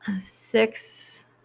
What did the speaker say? six